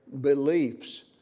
beliefs